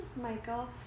Michael